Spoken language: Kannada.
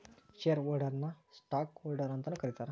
ಶೇರ್ ಹೋಲ್ಡರ್ನ ನ ಸ್ಟಾಕ್ ಹೋಲ್ಡರ್ ಅಂತಾನೂ ಕರೇತಾರ